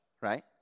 right